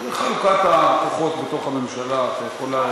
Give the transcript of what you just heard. זה חלוקת הכוחות בתוך הממשלה, אתה יכול,